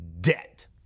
debt